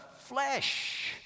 flesh